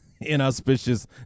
inauspicious